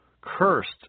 Cursed